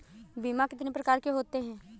बीमा कितनी प्रकार के होते हैं?